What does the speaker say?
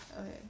Okay